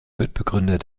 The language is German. mitbegründer